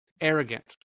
arrogant